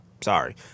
Sorry